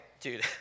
dude